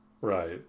right